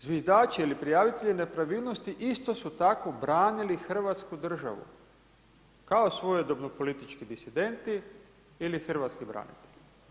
Zviždači ili prijavitelji nepravilnosti isto su tako branili Hrvatsku državu kao svojedobno politički disidenti ili Hrvatski branitelji.